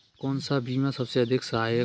कौन सा बीमा सबसे अधिक सहायक है?